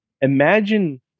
imagine